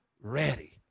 ready